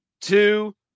two